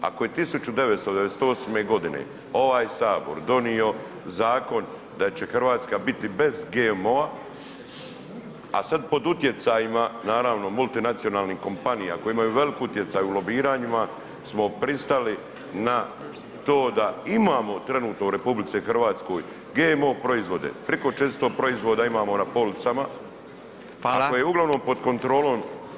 Ako je 1998. ovaj Sabor donio zakon da će Hrvatska biti bez GMO-a a sad pod utjecajima naravno multinacionalnih kompanija koje imaju veliki utjecaj u lobiranjima smo pristali na to da imamo trenutno u RH GMO proizvode, preko 400 proizvoda imamo na policama a koje je uglavnom pod kontrolom Monsanta.